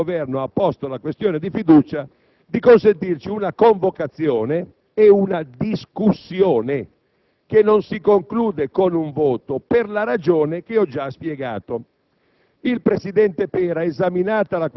depositato dall'Esecutivo, su cui il Governo ha posto la questione di fiducia - «di consentirci una convocazione e una discussione che non si conclude con un voto, per la ragione che ho già spiegato».